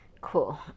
cool